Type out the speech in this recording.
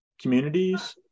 communities